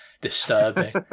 disturbing